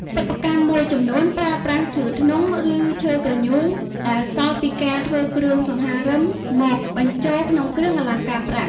សិប្បកម្មមួយចំនួនប្រើប្រាស់ឈើធ្នង់ ឬឈើគ្រញូងដែលសល់ពីការធ្វើគ្រឿងសង្ហារឹម មកបញ្ចូលក្នុងគ្រឿងអលង្ការប្រាក់។